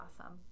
awesome